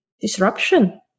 disruption